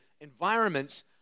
environments